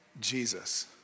Jesus